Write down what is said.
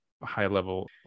High-level